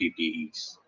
PPEs